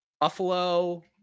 Buffalo